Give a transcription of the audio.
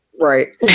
right